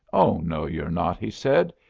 oh, no you're not, he said.